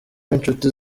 b’inshuti